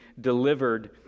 delivered